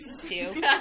two